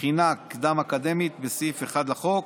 "מכינה קדם-אקדמית" בסעיף 1 לחוק,